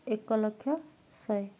ଏକଲକ୍ଷ ଶହେ